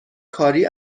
کاری